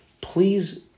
please